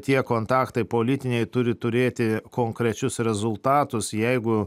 tie kontaktai politiniai turi turėti konkrečius rezultatus jeigu